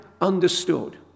understood